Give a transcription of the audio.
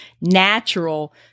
natural